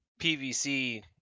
pvc